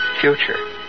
future